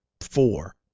four